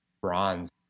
bronze